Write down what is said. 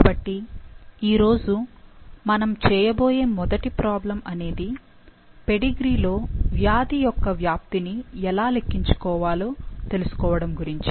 కాబట్టి ఈరోజు మనము చేయబోయే మొదటి ప్రాబ్లమ్ అనేది పెడిగ్రీ లో వ్యాధి యొక్క వ్యాప్తి ని ఎలా లెక్కించుకోవాలో తెలుసుకోవడం గురించి